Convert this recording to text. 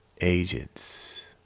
Agents